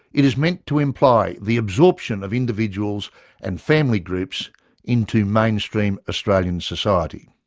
it is meant to imply the absorption of individuals and family groups into mainstream australian society.